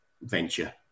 venture